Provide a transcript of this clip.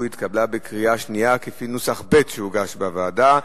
בנוסח שהתגבש בוועדה.